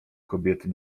kobiety